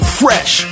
fresh